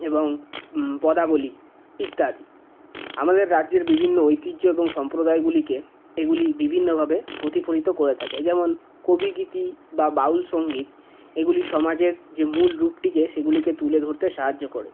এবং পদাবলী ইত্যাদি আমাদের রাজ্যের বিভিন্ন ঐতিহ্য এবং সম্প্রদায়গুলিকে এগুলি বিভিন্নভাবে প্রতিফলিত করে থাকে যেমন কবিগীতি বা বাউল সংগীত এগুলি সমাজের যে মূল রূপটিকে সেগুলিকে তুলে ধরতে সাহায্য করে